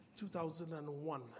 2001